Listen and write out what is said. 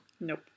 Nope